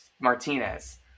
Martinez